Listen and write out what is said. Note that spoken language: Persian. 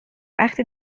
وقتی